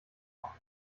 machen